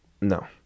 No